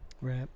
Right